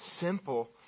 simple